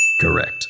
Correct